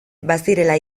bazirela